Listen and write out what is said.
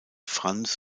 franz